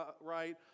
right